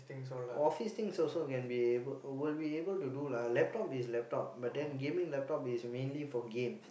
office things also can be able will be able to do lah laptop is laptop but then gaming laptop is mainly for games